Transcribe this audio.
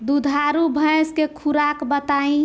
दुधारू भैंस के खुराक बताई?